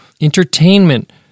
entertainment